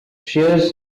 shares